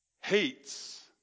hates